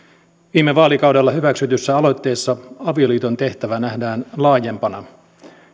viime vaalikaudella hyväksytyssä aloitteessa avioliiton tehtävä nähdään laajempana